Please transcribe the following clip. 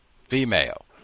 female